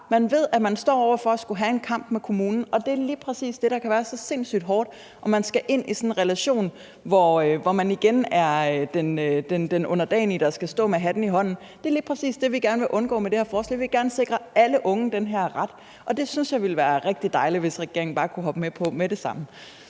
Man ved, at man står over for at skulle have en kamp med kommunen, og det er lige præcis det, der kan være så sindssygt hårdt, at man skal ind i sådan en relation, hvor man igen er den underdanige, der skal stå med hatten i hånden. Det er præcis det, vi gerne vil undgå med det her forslag. Vi vil gerne sikre alle unge den her ret, og det synes jeg ville være rigtig dejligt hvis regeringen bare kunne hoppe med på med det samme.